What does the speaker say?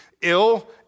ill